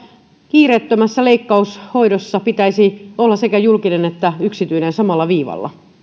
kiireettömässä leikkaushoidossa pitäisi olla sekä julkinen että yksityinen samalla viivalla